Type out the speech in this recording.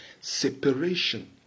separation